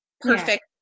perfect